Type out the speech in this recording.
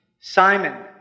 Simon